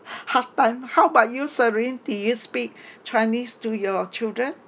happen how about you serene do you speak chinese to your children